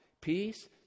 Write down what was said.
peace